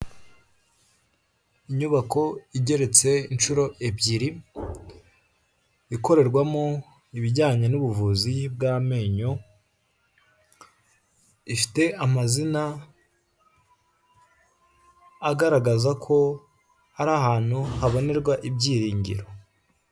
Inyubako igeretse inshuro ebyiri ikorerwamo ibijyanye n'ubuvuzi bw'amenyo, ifite amazina agaragaza ko ari ahantu habonerwa ibyiringiro.